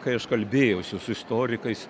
kai aš kalbėjausi su istorikais